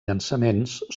llançaments